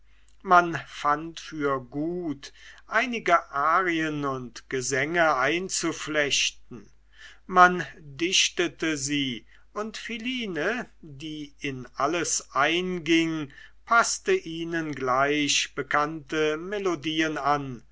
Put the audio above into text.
man fand für gut einige arien und gesänge einzuflechten man dichtete sie und philine die in alles einging paßte ihnen gleich bekannte melodien an